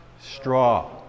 Straw